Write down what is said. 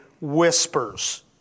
whispers